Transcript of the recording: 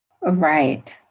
Right